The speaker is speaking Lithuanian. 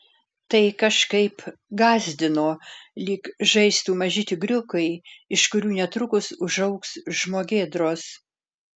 tai kažkaip gąsdino lyg žaistų maži tigriukai iš kurių netrukus užaugs žmogėdros